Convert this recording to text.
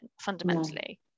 fundamentally